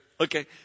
Okay